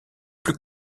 plus